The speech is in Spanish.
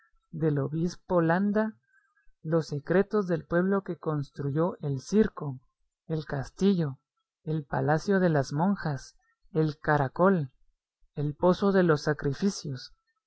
del obispo landa los secretos del pueblo que construyó el circo el castillo el palacio de las monjas el caracol el pozo de los sacrificios